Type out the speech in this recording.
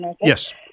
Yes